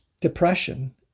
depression